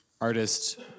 artist